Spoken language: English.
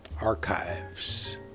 archives